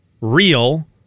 real